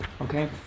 Okay